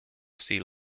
sea